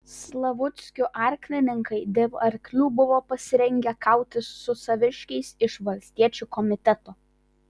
slavuckių arklininkai dėl arklių buvo pasirengę kautis su saviškiais iš valstiečių komiteto